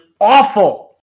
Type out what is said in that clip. awful